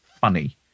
funny